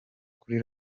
kuri